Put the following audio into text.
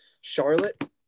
Charlotte